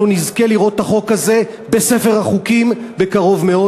נזכה לראות את החוק הזה בספר החוקים בקרוב מאוד.